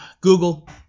Google